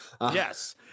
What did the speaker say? Yes